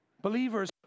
believers